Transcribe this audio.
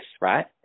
right